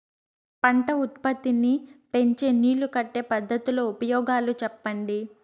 పంట ఉత్పత్తి నీ పెంచే నీళ్లు కట్టే పద్ధతుల ఉపయోగాలు చెప్పండి?